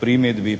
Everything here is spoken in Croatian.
primjedbi i